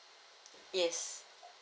yes